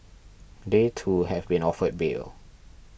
they too have been offered bail